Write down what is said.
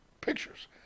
pictures